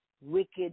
wicked